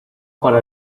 para